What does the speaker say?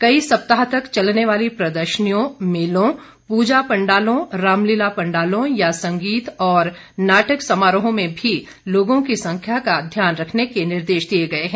कई सप्ताहों तक चलने वाली प्रदर्शनियों मेलों पूजा पंडालों रामलीला पंडालों या संगीत और नाटक समारोहों में भी लोगों की संख्या का ध्यान रखने के निर्देश दिए गए हैं